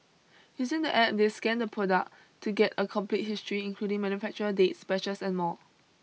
using the App they scan the product to get a complete history including manufacturer dates batches and more